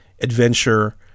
adventure